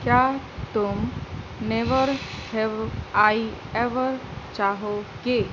کیا تم never have I ever چاہو گے